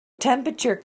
temperature